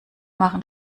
machen